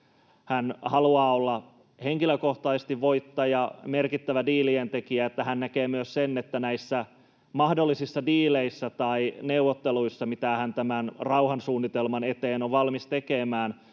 haluaa olla henkilökohtaisesti voittaja, merkittävä diilien tekijä, ja hän näkee myös niin, että näissä mahdollisissa diileissä tai neuvotteluissa, mitä hän tämän rauhansuunnitelman eteen on valmis tekemään,